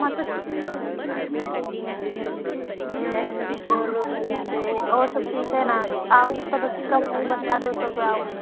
चलो ठीक है और सब ठीक है ना आऊँ तो बच कर वो बता दो तब आऊँ